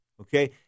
okay